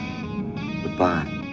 Goodbye